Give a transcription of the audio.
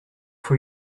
for